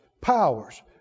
powers